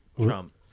Trump